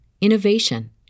innovation